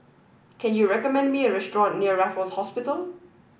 can you recommend me a restaurant near Raffles Hospital